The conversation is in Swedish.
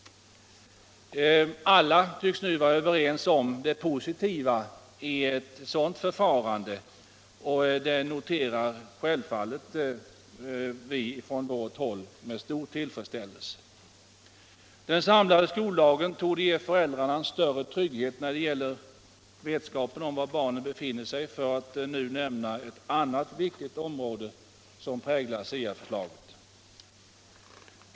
Alla tycks nu också vara överens om det positiva i ett sådant förfarande. Från vårt håll noterar vi detta självfallet med stor tillfredsställelse. Den samlade skoldagen torde ge föräldrarna en större trygghet när det gäller vetskapen om var barnen befinner sig — för att nu nämna ett annat viktigt område som beaktas i SIA-förslaget.